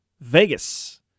Vegas